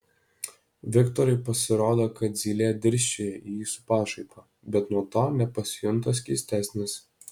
viktorui pasirodo kad zylė dirsčioja į jį su pašaipa bet nuo to nepasijunta skystesnis